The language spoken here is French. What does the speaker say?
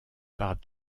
par